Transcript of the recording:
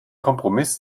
kompromiss